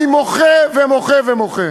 אני מוחה ומוחה ומוחה.